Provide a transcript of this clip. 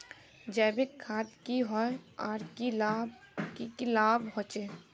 जैविक खाद की होय आर की की लाभ होचे?